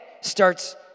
starts